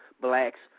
blacks